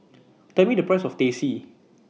Tell Me The Price of Teh C